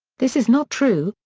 this is not true,